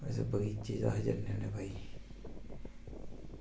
अस बगीचे च अस जन्ने होन्ने कोई